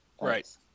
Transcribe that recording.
Right